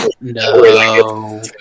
No